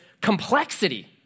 complexity